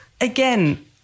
Again